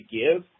give